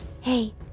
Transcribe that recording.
hey